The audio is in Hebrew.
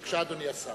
בבקשה, אדוני השר.